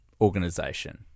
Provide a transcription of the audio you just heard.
organization